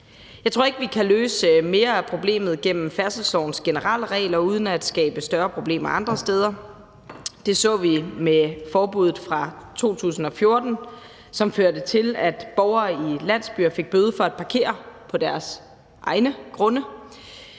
Jeg tror ikke, vi kan løse mere af problemet gennem færdselslovens generelle regler uden at skabe større problemer andre steder. Det så vi med forbuddet fra 2014, som førte til, at borgere i landsbyer fik bøde for at parkere på deres egne grunde.